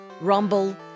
Rumble